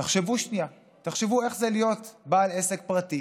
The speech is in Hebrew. תחשבו שנייה, תחשבו איך זה להיות בעל עסק פרטי